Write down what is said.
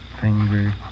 finger